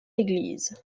église